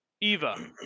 Eva